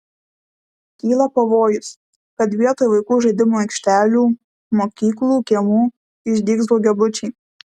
kyla pavojus kad vietoj vaikų žaidimų aikštelių mokyklų kiemų išdygs daugiabučiai